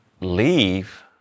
leave